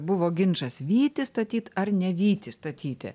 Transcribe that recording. buvo ginčas vytį statyt ar ne vytį statyti